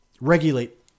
regulate